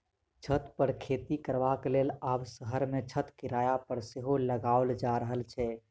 छत पर खेती करबाक लेल आब शहर मे छत किराया पर सेहो लगाओल जा रहल छै